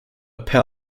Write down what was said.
pair